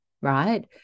right